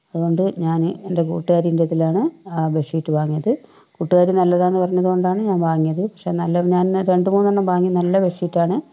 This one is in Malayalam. അതുകൊണ്ട് ഞാന് എൻ്റെ കൂട്ടുകാരീൻ്റെ ഇതിലാണ് ആ ബെഡ്ഷീറ്റ് വാങ്ങിയത് കൂട്ടുകാരി നല്ലതാന്ന് പറഞ്ഞതുകൊണ്ടാണ് ഞാൻ വാങ്ങിയത് പക്ഷേ നല്ല ഞാനത് രണ്ടു മൂന്നെണ്ണം വാങ്ങി നല്ല ബെഡ്ഷീറ്റാണ്